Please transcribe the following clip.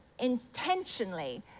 intentionally